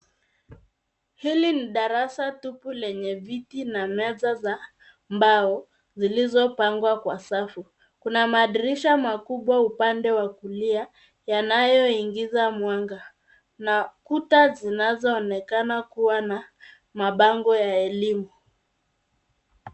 Hili ni darasa tupu lenye viti na meza za mbao zilizopangwa kwa safu. Kuna madirisha makubwa upande wa kulia yanayoingiza mwanga na kuta zinazoonekana kuwa na mabango ya elimu.